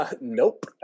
Nope